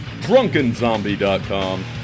drunkenzombie.com